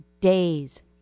days